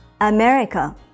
America